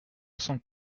cent